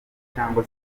cyangwa